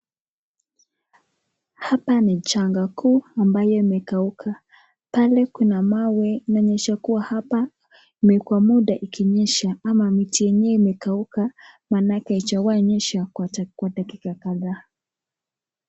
Hapa ni jangwa kuu ambaye imekauka. Pale kuna mawe inaonesha kuwa hapa imekua muda ikinyesha, ama miti yenyewe imekua imekauka maanake hijawai nyesha kwa dakika kadhaa.